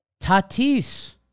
Tatis